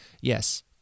yes